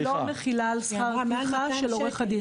לא מחילה על שכר הטרחה של העו"ד.